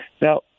Now